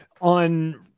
on